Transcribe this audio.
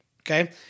Okay